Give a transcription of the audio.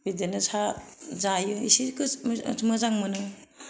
बिदिनो सा जायो इसे गोस ओ मोजां मोनो